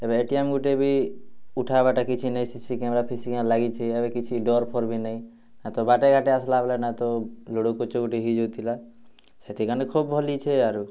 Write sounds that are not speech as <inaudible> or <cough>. ଏବେ A T M ଗୋଟେ ବି ଉଠାବାଟା କିଛି ନାଇଁ ସି ସି କ୍ୟାମେରା ଫିସି କ୍ୟାମେରା ଲାଗିଛି ଏବେ କିଛି ଡର୍ ଫର୍ ବି ନାହିଁ ହାତ୍ ବାଟେ ଘାଟେ <unintelligible> ଆସିଲା ବେଲେ ନାଇଁତ <unintelligible> ହେଇଯାଉଥିଲା ସେଥିଖାନେ ଖୁବ୍ ଭଲ୍ ହେଇଛେ ଆରୁ